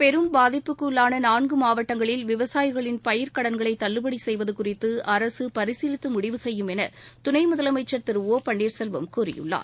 பெரும் பாதிப்புக்குஉள்ளானநான்குமாவட்டங்களில் விவசாயிகளின் புயலால் பயிர்க்கடன்களைதள்ளுபடிசெய்வதுகுறித்துஅரசுபரிசீலித்துழுடிவு செய்யும் எனதுணைமுதலமைச்சர் திரு ஒ பன்னீர்செல்வம் கூறியுள்ளார்